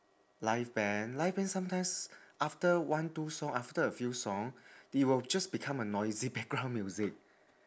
live band live band sometimes after one two song after a few song they will just become a noisy background music